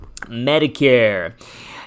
Medicare